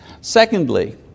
Secondly